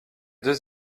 deux